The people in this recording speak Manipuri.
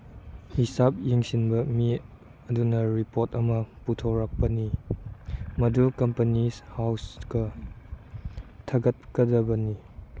ꯍꯤꯁꯥꯞ ꯌꯦꯡꯁꯤꯟꯕ ꯃꯤ ꯑꯗꯨꯅ ꯔꯤꯄꯣꯔꯠ ꯑꯃ ꯄꯨꯊꯣꯔꯛꯄꯅꯤ ꯃꯗꯨ ꯀꯝꯄꯅꯤꯁ ꯍꯥꯎꯁꯀ ꯊꯥꯒꯠꯀꯗꯕꯅꯤ